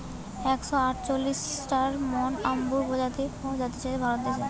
একশ আটচল্লিশটার মত বাম্বুর প্রজাতি পাওয়া জাতিছে ভারত দেশে